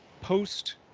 post